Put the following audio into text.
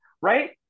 right